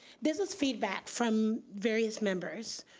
this is feedback from various members,